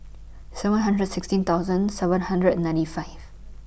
seven hundred sixteen thousand seven hundred and ninety five